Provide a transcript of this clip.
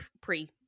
pre